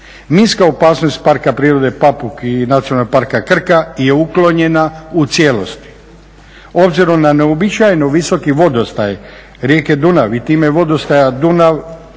Minska opasnost iz Parka prirode Papuk i Nacionalnog parka Krka je uklonjena u cijelosti. Obzirom na neuobičajeni visoki vodostaj rijeke Dunav i time vodostaja Dunav,